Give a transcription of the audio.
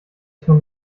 schon